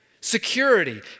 Security